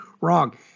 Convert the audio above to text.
wrong